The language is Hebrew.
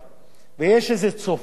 ויש איזה צופה בבית